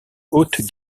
haute